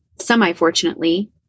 semi-fortunately